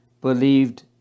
believed